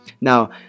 Now